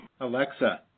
Alexa